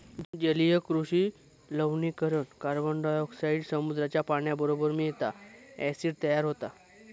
जलीय कृषि लवणीकरण कार्बनडायॉक्साईड समुद्राच्या पाण्याबरोबर मिळता, ॲसिड तयार होता